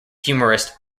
humorist